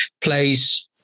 plays